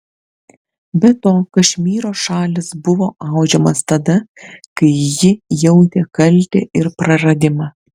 be to kašmyro šalis buvo audžiamas tada kai ji jautė kaltę ir praradimą